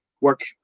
work